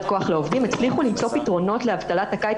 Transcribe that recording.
כוח לעובדים הצליחו למצוא פתרונות לאבטלת הקיץ,